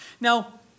Now